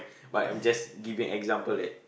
but I'm just giving example that